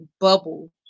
bubble